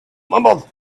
mumbled